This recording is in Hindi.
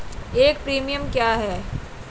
एक प्रीमियम क्या है?